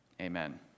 Amen